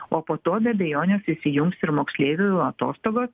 o po to be abejonės įsijungs ir moksleivių atostogos